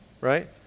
Right